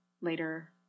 later